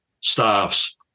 staffs